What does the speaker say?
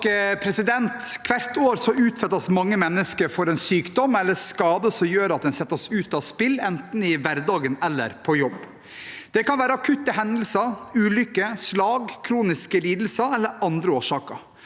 Hvert år utsettes mange mennesker for en sykdom eller skade som gjør at de settes ut av spill, enten i hverdagen eller på jobb. Det kan være akutte hendelser, ulykker, slag, kroniske lidelser eller andre årsaker.